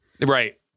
Right